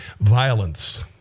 violence